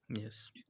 yes